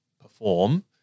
perform